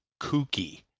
kooky